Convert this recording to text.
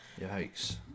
Yikes